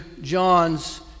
John's